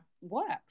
works